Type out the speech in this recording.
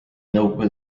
nõukogude